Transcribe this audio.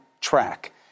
track